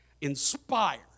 inspired